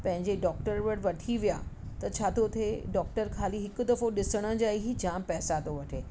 पंहिंजे डॉक्टर वटि वठी विया त छा थो थिए डॉक्टर खाली हिकु दफ़ो ॾिसण जा ई जाम पैसा थो वठे